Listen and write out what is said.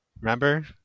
Remember